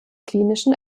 klinischen